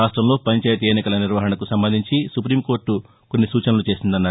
రాష్టంలో పంచాయతీ ఎన్నికల నిర్వహణకు సంబంధించి సుపీంకోర్టు కొన్ని సూచనలు చేసిందన్నారు